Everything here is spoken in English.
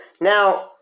Now